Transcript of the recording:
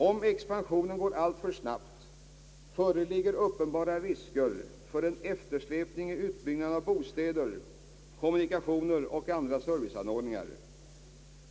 Om expansionen går alltför snabbt föreligger uppenbara risker för en eftersläpning i utbyggnaden av bostäder, kommunikationer och andra serviceanordningar.